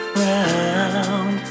round